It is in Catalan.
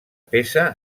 peça